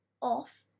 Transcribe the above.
off